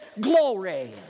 glory